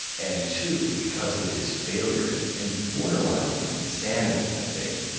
and two, because of his failure and and borderline insanity, i think,